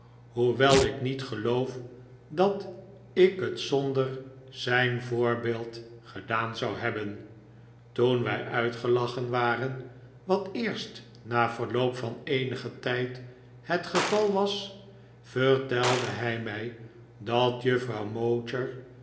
hoewel ik niet geloof dat ik het zonder zijn voorbeeld gedaan zou hebben toen wij uitgelachen waren wat eerst na verloop van eenigen tijd het geval was vertelde hij mij dat juffrouw